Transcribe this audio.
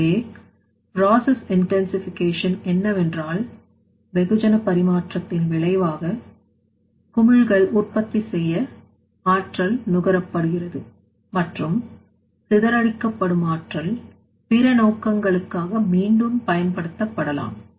எனவே process intensification என்னவென்றால் வெகுஜன பரிமாற்றத்தின் விளைவாக குமிழ்கள் உற்பத்தி செய்ய ஆற்றல் நுகரப்படுகிறது மற்றும் சிதறடிக்கப்படும் ஆற்றல் பிற நோக்கங்களுக்காக மீண்டும் பயன்படுத்தப்படலாம்